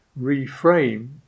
reframe